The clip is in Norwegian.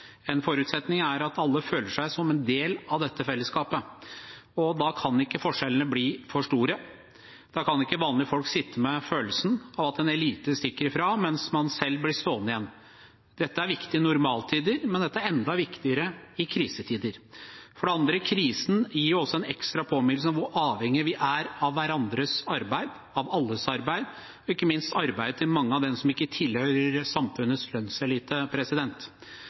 En forutsetning er at alle føler seg som en del av dette fellesskapet. Da kan ikke forskjellene bli for store. Da kan ikke vanlige folk sitte med følelsen av at en elite stikker ifra, mens man selv blir stående igjen. Dette er viktig i normaltider, men det er enda viktigere i krisetider. For det andre: Krisen gir også en ekstra påminnelse om hvor avhengig vi er av hverandres arbeid, av alles arbeid og ikke minst av arbeidet til mange av dem som ikke tilhører samfunnets lønnselite,